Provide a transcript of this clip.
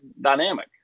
Dynamic